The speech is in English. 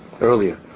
earlier